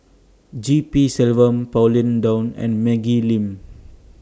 G P Selvam Pauline Dawn and Maggie Lim